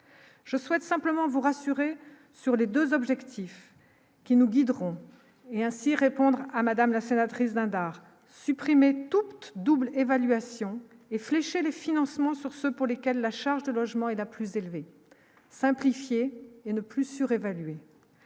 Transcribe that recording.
je souhaite simplement vous rassurer sur les 2 objectifs qui nous guideront et ainsi répondre à Madame la sénatrice Dindar supprimer toute double évaluation et flécher les financements sur ceux pour lesquels la charge de logement et la plus élevée, simplifier et ne plus surévalué